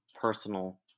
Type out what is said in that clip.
personal